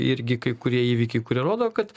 irgi kai kurie įvykiai kurie rodo kad